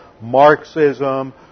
Marxism